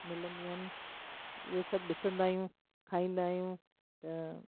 मिलंदियूं आहिनि उहे सभु ॾिसंदा आहियूं खाईंदा आहियूं त